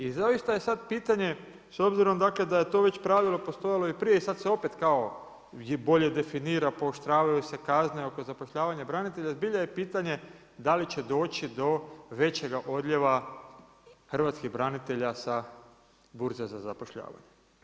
I doista je sad pitanje, s obzira da je to pravilo već i prije i sad se opet kao bolje definira, pooštravaju se kazne oko zapošljavanje branitelja i zbilja je pitanje, da li će doći do većega odljeva hrvatskih branitelja sa Burze za zapošljavanje.